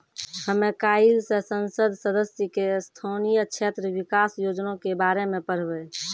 हमे काइल से संसद सदस्य के स्थानीय क्षेत्र विकास योजना के बारे मे पढ़बै